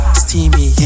steamy